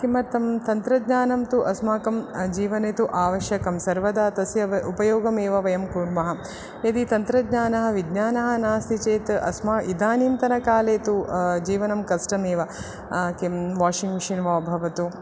किमर्थं तन्त्रज्ञानं तु अस्माकं जीवने तु आवश्यकं सर्वदा तस्य उपयोगमेव वयं कुर्मः यदि तन्त्रज्ञानं विज्ञानं नास्ति चेत् अस्मा इदानीन्तनकाले तु जीवनं कष्टमेव किं वाषिङ्ग् मिषन् वा भवतु